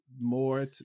more